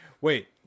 wait